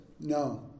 No